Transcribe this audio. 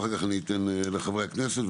ואחר כך אתן לחברי הכנסת,